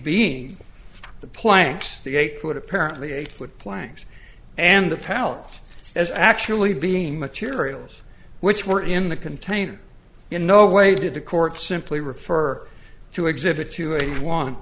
being the planks the eight foot apparently eight foot planks and the pallet as actually being materials which were in the container in no way did the court simply refer to exhibit